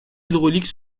hydraulique